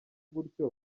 gutyo